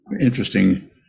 interesting